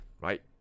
right